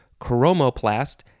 chromoplast